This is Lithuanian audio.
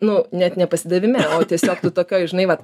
nu net ne pasidavime o tiesiog tu tokioj žinai vat